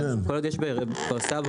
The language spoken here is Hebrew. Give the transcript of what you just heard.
לפחות יש בכפר סבא,